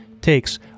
takes